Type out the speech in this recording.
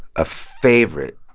a favorite.